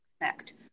connect